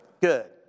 Good